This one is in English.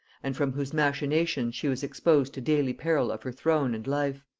and from whose machinations she was exposed to daily peril of her throne and life.